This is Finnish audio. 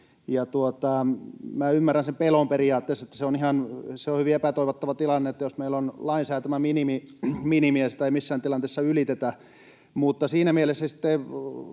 maksimi”. Minä ymmärrän periaatteessa sen pelon: se on hyvin epätoivottava tilanne, jos meillä on lain säätämä minimi ja sitä ei missään tilanteessa ylitetä. Mutta siinä mielessä sitten